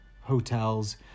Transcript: hotels